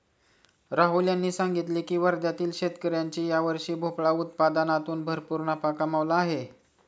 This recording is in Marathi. राहुल यांनी सांगितले की वर्ध्यातील शेतकऱ्यांनी यावर्षी भोपळा उत्पादनातून भरपूर नफा कमावला आहे